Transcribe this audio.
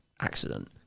accident